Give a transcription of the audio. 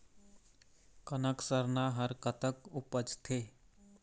कनक सरना हर कतक उपजथे?